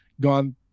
gone